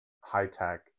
high-tech